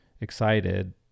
excited